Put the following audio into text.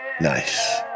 Nice